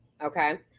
Okay